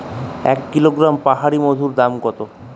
এক কিলোগ্রাম পাহাড়ী মধুর দাম কত?